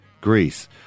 Greece